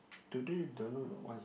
today don't know got what